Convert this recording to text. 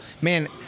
man